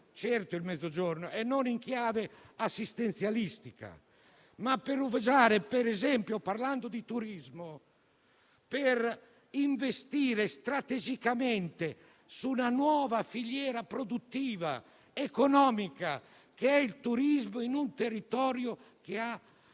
del Mezzogiorno, non già in chiave assistenzialistica, ma, volendo parlare di turismo, per investire strategicamente su una nuova filiera produttiva ed economica qual è il turismo in un territorio che ha